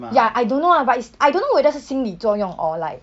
ya I don't know ah but is I don't know whether 是心理作用 or like